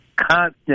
constant